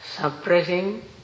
suppressing